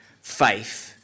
faith